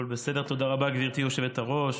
תודה רבה, גברתי היושבת-ראש,